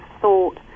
thought